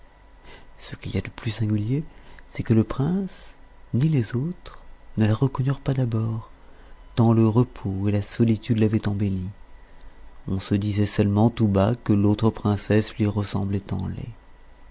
ce qu'il y eut de plus singulier c'est que le prince ni les autres ne la reconnurent pas d'abord tant le repos et la solitude l'avaient embellie on se disait seulement tout bas que l'autre princesse lui ressemblait en laid